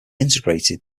integrated